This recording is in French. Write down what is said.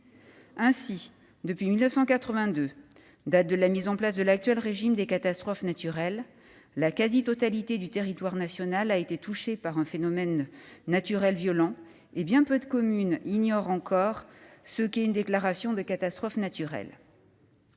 Ainsi, depuis 1982, lorsque fut mis en place l'actuel régime des catastrophes naturelles, la quasi-totalité du territoire national a été touchée par un phénomène naturel violent, et bien peu de communes ignorent encore ce qu'est une déclaration de catastrophe naturelle.